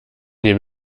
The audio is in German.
dem